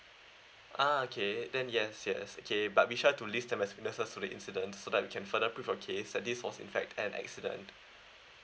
uh okay then yes yes okay but be sure to list the ne~ necessary incident so that we can further prove your case that this was in fact an accident